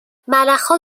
ملخها